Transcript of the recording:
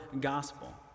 gospel